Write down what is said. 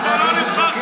אתה לא נבחרת